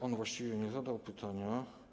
On właściwie nie zadał pytania.